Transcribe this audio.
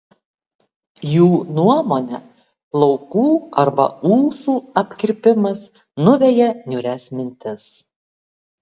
jų nuomone plaukų arba ūsų apkirpimas nuveja niūrias mintis